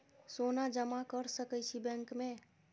सोना जमा कर सके छी बैंक में?